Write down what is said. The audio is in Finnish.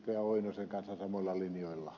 oinosen kanssa samoilla linjoilla